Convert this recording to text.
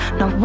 no